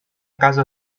casa